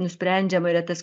nusprendžiama yra tas